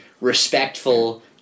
respectful